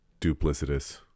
duplicitous